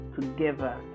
together